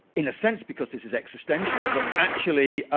in a sense, because this is existential, but actually,